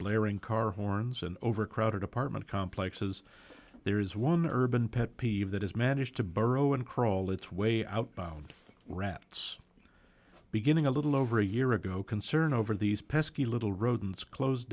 blaring car horns and overcrowded apartment complexes there is one urban pet peeve that has managed to burrow and crawl its way outbound rats beginning a little over a year ago concern over these pesky little rodents closed